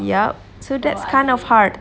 yup so that's kind of hard